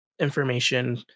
information